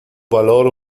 valore